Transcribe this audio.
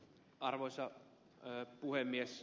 arvoisa puhemies